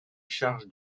charge